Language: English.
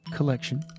Collection